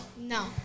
No